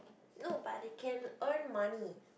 no but they can earn money